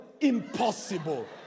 Impossible